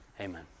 Amen